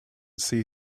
see